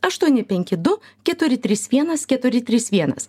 aštuoni penki du keturi trys vienas keturi trys vienas